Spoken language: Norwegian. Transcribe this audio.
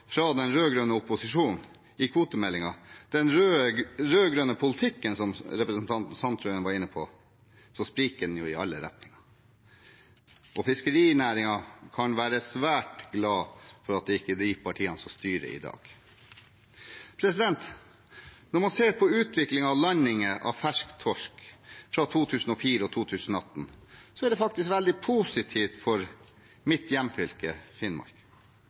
fra den rød-grønne opposisjonen i forbindelse med kvotemeldingen, den rød-grønne politikken som representanten Sandtrøen var inne på, spriker det i alle retninger. Fiskerinæringen kan være svært glad for at det ikke er de partiene som styrer i dag. Når man ser på utviklingen i landing av fersk torsk fra 2004 til 2018, er den faktisk veldig positiv for mitt hjemfylke, Finnmark.